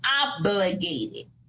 obligated